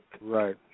right